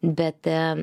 bet e